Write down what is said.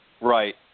right